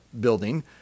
building